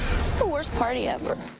worst party ever.